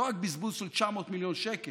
לא רק בזבוז של 900 מיליון שקל,